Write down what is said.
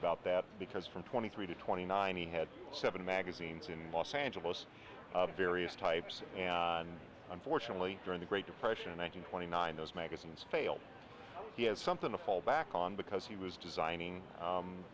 about that because from twenty three to twenty nine he had seven magazines in los angeles various types and unfortunately during the great depression one hundred twenty nine those magazines failed he had something to fall back on because he was designing